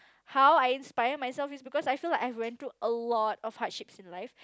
how I inspire myself is because I feel like I have went through a lot of hardships in life